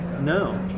No